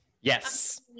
yes